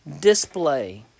display